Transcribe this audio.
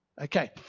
Okay